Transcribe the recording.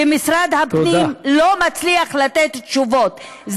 ומשרד הפנים לא מצליח לתת תשובות.